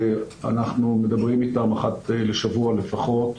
אנחנו מדברים איתם אחת לשבוע לפחות,